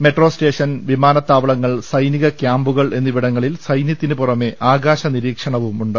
metro station വിമാനത്താവളങ്ങൾ സൈനിക ക്യാമ്പുകൾ എന്നിവിടങ്ങളിൽ സൈനൃത്തിന് പുറമെ ആകാശ നിരീക്ഷണവും ഉണ്ട്